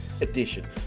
edition